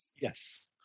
Yes